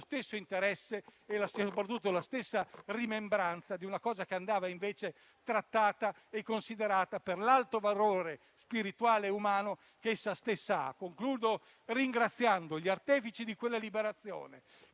stesso interesse e soprattutto la stessa rimembranza di un'occasione che andava invece trattata e considerata per l'alto valore spirituale e umano che ha. Concludo ringraziando gli artefici di quella liberazione,